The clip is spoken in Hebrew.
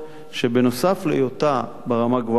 שבנוסף להיותה ברמה הגבוהה ביותר,